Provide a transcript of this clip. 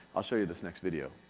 i'll show you this next video.